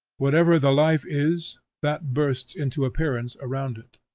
wherever the life is, that bursts into appearance around it.